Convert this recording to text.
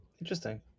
Interesting